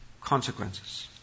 consequences